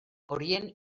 horien